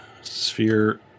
sphere